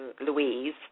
louise